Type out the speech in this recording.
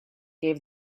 gave